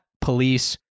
police